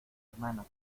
hermana